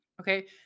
okay